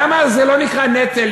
למה זה לא נקרא נטל,